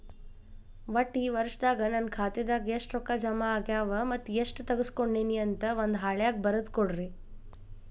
ಒಟ್ಟ ಈ ವರ್ಷದಾಗ ನನ್ನ ಖಾತೆದಾಗ ಎಷ್ಟ ರೊಕ್ಕ ಜಮಾ ಆಗ್ಯಾವ ಮತ್ತ ಎಷ್ಟ ತಗಸ್ಕೊಂಡೇನಿ ಅಂತ ಒಂದ್ ಹಾಳ್ಯಾಗ ಬರದ ಕೊಡ್ರಿ